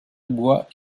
bois